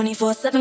24-7